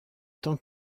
tant